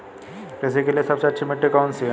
कृषि के लिए सबसे अच्छी मिट्टी कौन सी है?